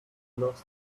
loves